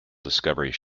discoveries